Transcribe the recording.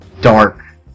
dark